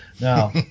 Now